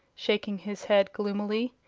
shaking his head gloomily.